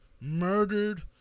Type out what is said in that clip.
murdered